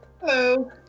Hello